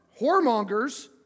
whoremongers